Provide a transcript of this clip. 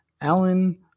Alan